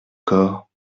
corps